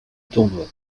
tournois